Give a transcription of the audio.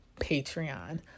Patreon